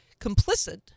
complicit